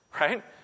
right